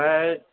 आमफ्राय